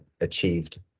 achieved